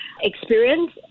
experience